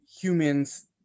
humans